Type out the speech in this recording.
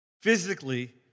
physically